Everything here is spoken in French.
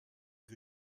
que